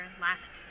last